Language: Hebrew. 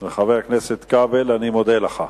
חבר הכנסת כבל, אני מודה לך.